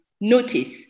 notice